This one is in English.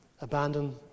abandon